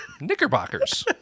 Knickerbockers